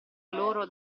loro